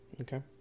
Okay